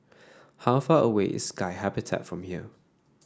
how far away is Sky Habitat from here